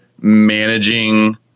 managing